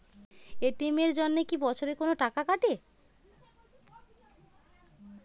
ATM এর জন্যে কি বছরে কোনো টাকা কাটে?